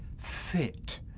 fit